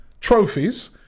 trophies